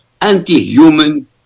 anti-human